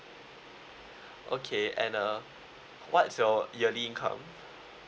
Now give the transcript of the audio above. okay and uh what's your yearly income